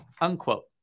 unquote